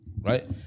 right